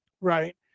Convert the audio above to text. right